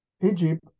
Egypt